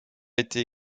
été